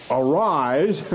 arise